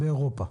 באירופה.